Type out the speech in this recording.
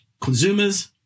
Consumers